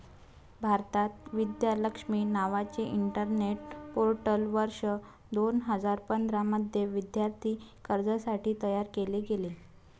भारतात, विद्या लक्ष्मी नावाचे internet portal वर्ष दोन हजार पंधरा मध्ये विद्यार्थी कर्जासाठी तयार केले गेले